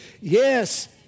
yes